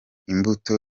imbuto